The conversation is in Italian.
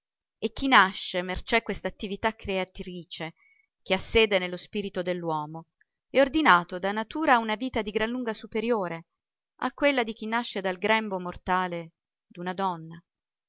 e chi nasce mercé quest'attività creatrice che ha sede nello spirito dell'uomo è ordinato da natura a una vita di gran lunga superiore a quella di chi nasce dal grembo mortale d'una donna